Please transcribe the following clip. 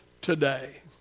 today